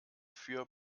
für